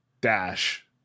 dash